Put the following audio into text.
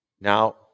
now